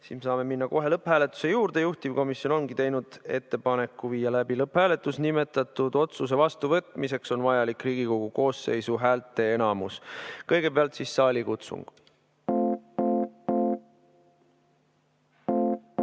me saame minna kohe lõpphääletuse juurde. Juhtivkomisjon ongi teinud ettepaneku viia läbi lõpphääletus. Nimetatud otsuse vastuvõtmiseks on vajalik Riigikogu koosseisu häälteenamus. Kõigepealt saalikutsung. Austatud